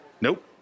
Nope